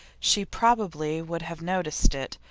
she probably would have noticed it,